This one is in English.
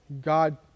God